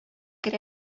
керә